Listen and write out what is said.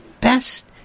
best